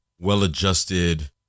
well-adjusted